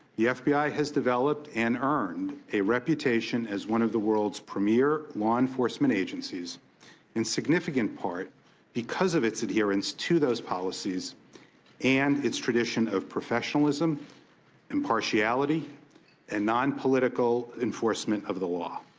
the f b i. has developed and earned a reputation as one of the world's premier law enforcement agencies and significant part because of its adherence to those policies and its tradition of professionalism and impartiality and non-political enforcement of the law.